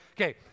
Okay